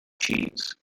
cheese